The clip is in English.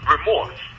Remorse